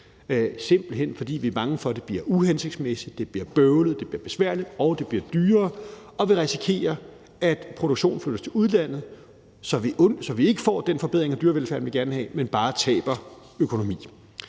simpelt hen fordi vi er bange for, at det bliver uhensigtsmæssigt, at det bliver bøvlet, at det bliver besværligt, og at det bliver dyrere, og at vi risikerer, at produktion flytter til udlandet, så vi ikke får den forbedring af dyrevelfærden, vi gerne vil have, men bare taber økonomi.